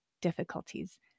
difficulties